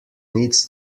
needs